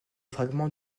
fragments